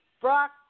Brock